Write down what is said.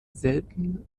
selten